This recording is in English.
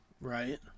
Right